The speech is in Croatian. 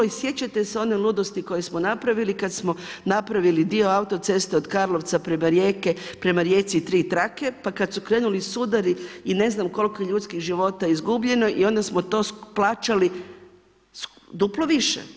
I sjećate se one ludosti kada smo napravili kada smo napravili dio autoceste od Karlovca prema Rijeci i tri trake, pas kada su krenuli sudari i ne znam koliko je ljudskih života izgubljeno i onda smo to plaćali duplo više.